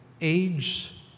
age